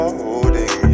holding